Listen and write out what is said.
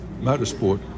motorsport